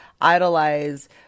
idolize